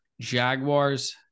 Jaguars